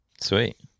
sweet